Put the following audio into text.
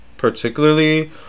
particularly